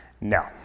No